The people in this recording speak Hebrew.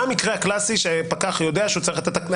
מה המקרה הקלאסי שפקח יודע שהוא צריך לתת את הקנס?